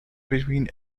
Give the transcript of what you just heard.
between